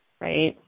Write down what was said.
right